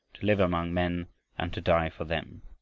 to live among men and to die for them.